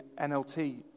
NLT